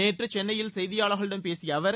நேற்று சென்னையில் செய்தியாளர்களிடம் பேசிய அவர்